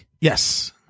Yes